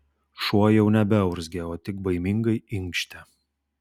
šuo jau nebeurzgė o tik baimingai inkštė